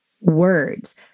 words